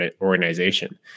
organization